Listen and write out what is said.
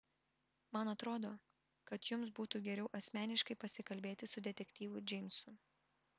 man atrodo kad jums būtų geriau asmeniškai pasikalbėti su detektyvu džeimsu